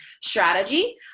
strategy